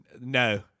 No